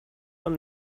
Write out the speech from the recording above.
from